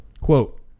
Quote